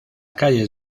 calles